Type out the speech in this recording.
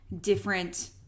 different